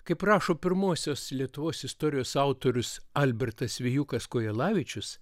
kaip rašo pirmosios lietuvos istorijos autorius albertas vijūkas kojelavičius